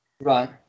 Right